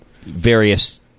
various